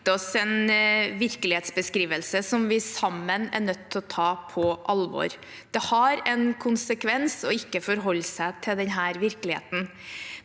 gitt oss en virkelighetsbeskrivelse som vi sammen er nødt til å ta på alvor. Det har en konsekvens å ikke forholde seg til denne virkeligheten.